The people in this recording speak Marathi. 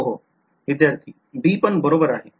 हो विध्यार्थी b पण बरोबर आहे